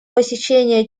посещения